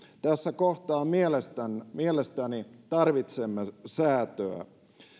tässä kohtaa mielestäni mielestäni tarvitsemme säätöä